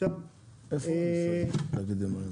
אפשר להגיד?